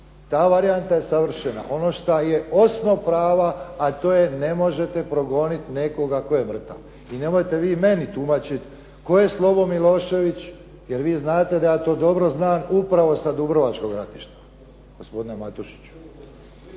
Ta varijanta je savršena. Ono šta je osnov prava, a to je ne može progoniti nekoga tko je mrtav. I nemojte vi meni tumačiti tko je Slobo Milošević, jer vi znate da ja to dobro znam, upravo sa dubrovačkog ratišta gospodine Matušiću.